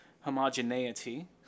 homogeneity